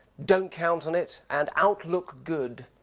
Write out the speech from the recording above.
don't count on it and outlook good.